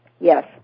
Yes